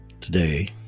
Today